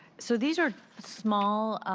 so these are small,